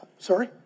Sorry